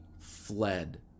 fled